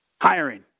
Hiring